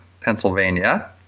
Pennsylvania